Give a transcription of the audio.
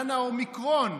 זן האומיקרון,